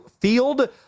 field